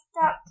stop